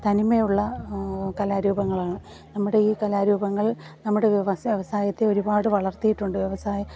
തനിമയുള്ള കലാരൂപങ്ങളാണ് നമ്മുടെ ഈ കലാരൂപങ്ങൾ നമ്മുടെ വ്യവ വ്യവസായത്തെ ഒരുപാട് വളർത്തിയിട്ടുണ്ട് വ്യവസായ